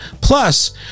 Plus